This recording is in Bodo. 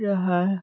जोंहा